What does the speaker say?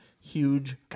huge